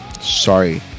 Sorry